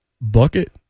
Bucket